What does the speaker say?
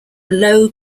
low